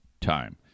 Time